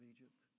Egypt